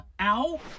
ow